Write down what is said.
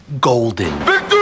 golden